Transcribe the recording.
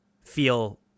feel